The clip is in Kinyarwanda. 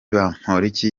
bamporiki